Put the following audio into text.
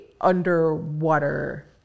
underwater